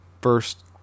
first